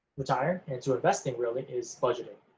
retire, and to investing, really, is budgeting.